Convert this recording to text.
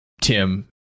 Tim